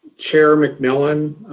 chair mcmillan,